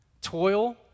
Toil